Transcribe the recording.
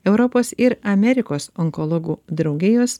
europos ir amerikos onkologų draugijos